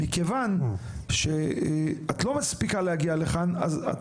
מכיוון שאת לא מספיקה להגיע לכאן אז את